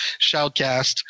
Shoutcast